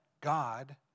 God